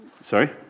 sorry